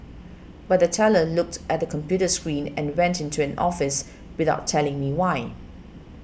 but the teller looked at the computer screen and went into an office without telling me why